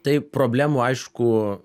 tai problemų aišku